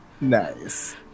Nice